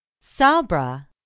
Sabra